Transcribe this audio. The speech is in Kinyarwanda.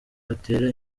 atera